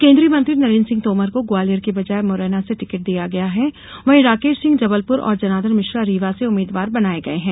केन्द्रीय मंत्री नरेन्द्र सिंह तोमर को ग्वालियर की बजाय मुरैना से टिकट दिया गया है वहीं राकेश सिंह जबलपुर और जनार्दन मिश्रा रीवा से उम्मीदवार बनाए गए हैं